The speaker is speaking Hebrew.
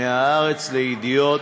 מ"הארץ" ל"ידיעות",